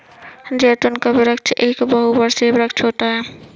जैतून का वृक्ष एक बहुवर्षीय वृक्ष होता है